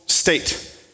state